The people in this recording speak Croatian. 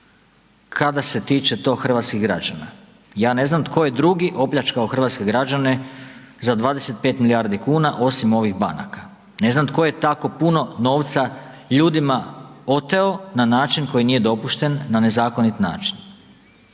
kada se tiče to hrvatskih građana. Ja ne znam tko je drugi opljačkao hrvatske građane za 25 milijardi kuna osim ovih banaka? Ne znam tko je tako puno novca ljudima oteo na način koji nije dopušten, na nezakonit način.